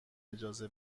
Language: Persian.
اجازه